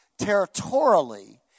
territorially